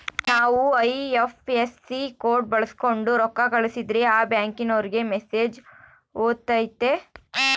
ನಾವು IFSC code ಬಳಕ್ಸೋಂಡು ರೊಕ್ಕ ಕಳಸಿದ್ರೆ ಆ ಬ್ಯಾಂಕಿನೋರಿಗೆ ಮೆಸೇಜ್ ಹೊತತೆ